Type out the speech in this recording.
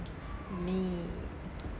me